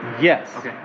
Yes